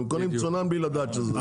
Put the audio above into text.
הם קונים מצונן בלי לדעת את זה.